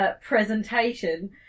presentation